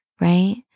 right